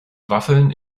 waffeln